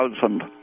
thousand